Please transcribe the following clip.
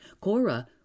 Cora